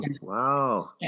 Wow